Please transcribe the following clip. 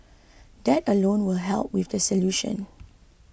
that alone will help in the solution